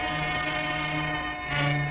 and